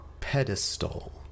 pedestal